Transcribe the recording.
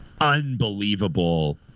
unbelievable